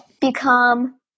become